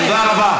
תודה רבה.